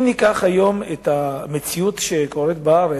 אם ניקח היום את המציאות בארץ,